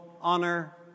honor